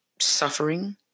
suffering